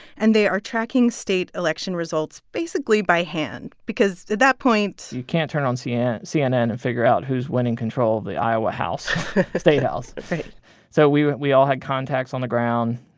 and they are tracking state election results basically by hand because, at that point. you can't turn on cnn cnn and figure out who's winning control of the iowa house state house right so we we all had contacts on the ground,